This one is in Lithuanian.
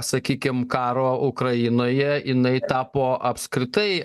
sakykim karo ukrainoje jinai tapo apskritai